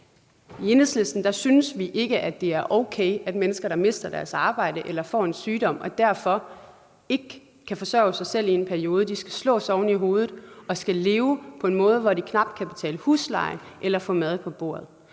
I Enhedslisten synes vi ikke, at det er okay, at mennesker, der mister deres arbejde eller får en sygdom og derfor ikke kan forsørge sig selv i en periode, skal slås oven i hovedet og skal leve på en måde, hvor de knap kan betale husleje eller få mad på bordet,